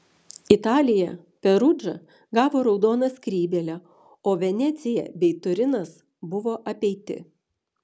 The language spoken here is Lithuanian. italija perudža gavo raudoną skrybėlę o venecija bei turinas buvo apeiti